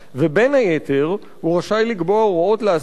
ובין היתר הוא רשאי לקבוע הוראות להסדרת